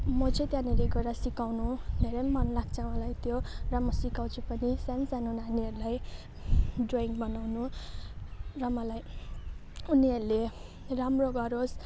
म चाहिँ त्यहाँनिर गएर सिकाउनु धेरै मनलाग्छ मलाई त्यो र म सिकाउँछु पनि सानसानो नानीहरूलाई ड्रइङ बनाउनु र मलाई उनीहरूले राम्रो गरोस्